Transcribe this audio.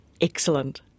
Excellent